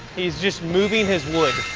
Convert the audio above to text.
he's just moving his wood.